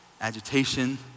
agitation